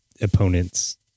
opponents